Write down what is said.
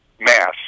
mass